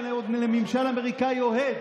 ועוד לממשל אמריקאי אוהד,